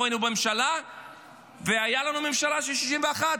היינו בממשלה והייתה לנו ממשלה של 61,